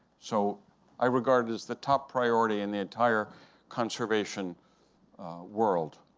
so i regard it as the top priority in the entire conservation world.